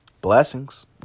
Blessings